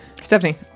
Stephanie